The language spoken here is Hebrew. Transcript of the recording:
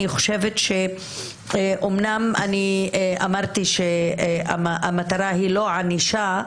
הוא שאמנם אני אמרתי שהמטרה היא לא ענישה,